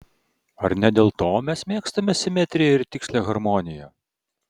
ar ne dėl to mes mėgstame simetriją ir tikslią harmoniją